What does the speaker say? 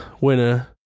winner